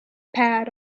pad